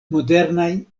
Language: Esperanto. modernajn